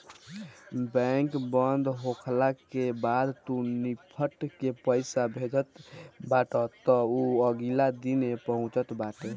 bank बंद होखला के बाद तू निफ्ट से पईसा भेजत बाटअ तअ उ अगिला दिने पहुँचत बाटे